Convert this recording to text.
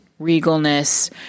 regalness